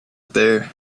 there